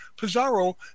Pizarro